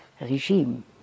regime